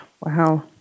Wow